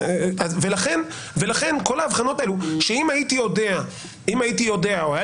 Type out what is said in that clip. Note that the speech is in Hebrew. לכן כל ההבחנות האלה שאם הייתי יודע או הייתה